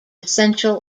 essential